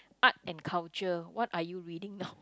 art and culture what are you reading now